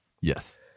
Yes